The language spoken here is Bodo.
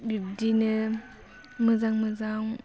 बिब्दिनो मोजां मोजां